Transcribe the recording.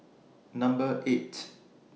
Number eight